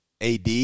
AD